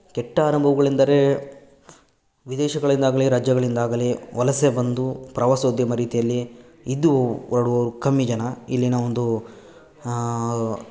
ಕೆಟ್ಟ ಅನುಭವಗಳೆಂದರೇ ವಿದೇಶಗಳಿಂದಾಗಲಿ ರಾಜ್ಯಗಳಿಂದಾಗಲಿ ವಲಸೆ ಬಂದು ಪ್ರವಾಸೋದ್ಯಮ ರೀತಿಯಲ್ಲಿ ಇದ್ದು ಹೊರಡುವರು ಕಮ್ಮಿ ಜನ ಇಲ್ಲಿನ ಒಂದು